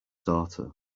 daughter